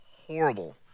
horrible